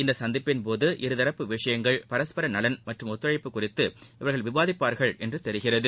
இந்த சந்திப்பின் போது இருதரப்பு விஷயங்கள் பரஸ்பர நலன் மற்றும் ஒத்துழைப்பு குறித்து இவர்கள் விவாதிப்பாா்கள் என்று தெரிகிறது